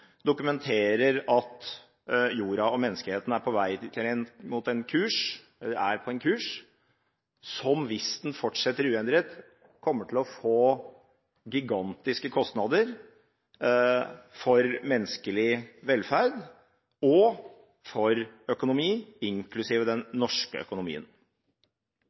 dokumenterer at jorda og menneskeheten er på en kurs som, hvis den fortsetter uendret, kommer til å føre til gigantiske kostnader for menneskelig velferd og for økonomi, inklusiv den norske økonomien.